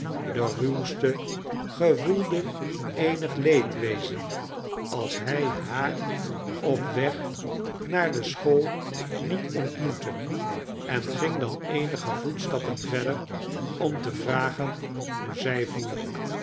de ruwste gevoelde eenig leedwezen als hij haar op weg naar de school niet ontmoette en ging dan eenige voetstappen verder om te vragen hoe zij voer